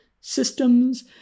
systems